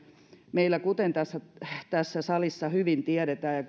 meillä kuten tässä tässä salissa hyvin tiedetään ja